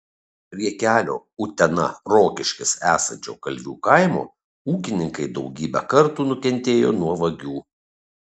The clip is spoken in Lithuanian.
prie kelio utena rokiškis esančio kalvių kaimo ūkininkai daugybę kartų nukentėjo nuo vagių